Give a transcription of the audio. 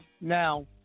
now